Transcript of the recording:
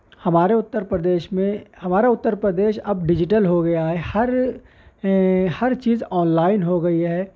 ہمارے اتر پردیش میں ہمارا اتر پردیش اب ڈیجیٹل ہو گیا ہے ہر ہر چیز آن لائن ہو گئی ہے